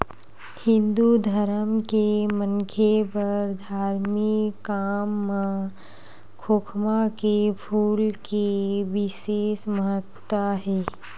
हिंदू धरम के मनखे बर धारमिक काम म खोखमा के फूल के बिसेस महत्ता हे